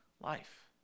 life